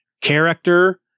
character